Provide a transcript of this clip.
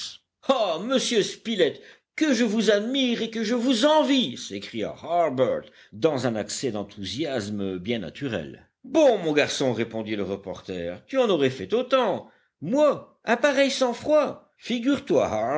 ah monsieur spilett que je vous admire et que je vous envie s'écria harbert dans un accès d'enthousiasme bien naturel bon mon garçon répondit le reporter tu en aurais fait autant moi un pareil sang-froid figure-toi